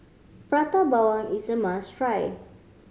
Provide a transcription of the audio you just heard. Prata Bawang is a must try